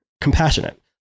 compassionate